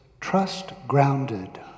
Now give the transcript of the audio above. trust-grounded